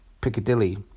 Piccadilly